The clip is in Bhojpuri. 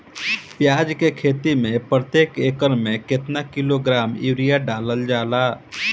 प्याज के खेती में प्रतेक एकड़ में केतना किलोग्राम यूरिया डालल जाला?